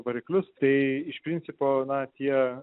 variklius tai iš principo na tie